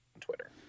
Twitter